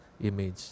image